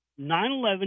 9-11